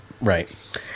Right